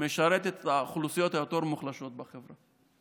משרתת את האוכלוסיות היותר-מוחלשות בחברה.